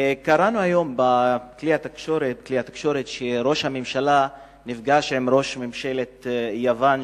קראנו היום בכלי התקשורת שראש הממשלה נפגש עם ראש ממשלת יוון,